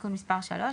תיקון מס' 3,